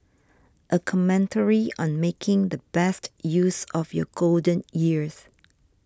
a commentary on making the best use of your golden years